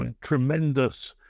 tremendous